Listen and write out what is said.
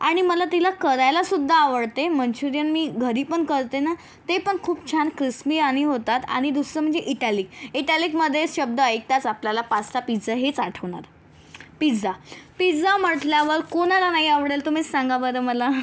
आणि मला तिला करायला सुद्धा आवडते मंच्युरियन मी घरीपण करते ना ते पण खूप छान क्रिस्पी आणि होतात आणि दुसरं म्हणजे इटॅलिक इटॅलिकमध्ये शब्द ऐकताच आपल्याला पास्ता पिझ्झा हेच आठवणार पिझ्झा पिझ्झा म्हटल्यावर कोणाला नाही आवडेल तुम्हीच सांगा बरं मला